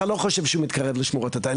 אתה לא חושב שהוא מתקרב לשמורות הטבע,